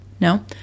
No